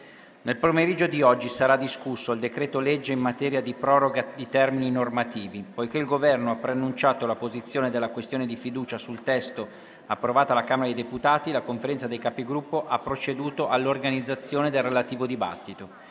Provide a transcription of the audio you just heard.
Nel pomeriggio di oggi sarà discusso il decreto-legge in materia di proroga di termini normativi. Poiché il Governo ha preannunciato la posizione della questione di fiducia sul testo approvato alla Camera dei deputati, la Conferenza dei Capigruppo ha proceduto all'organizzazione del relativo dibattito.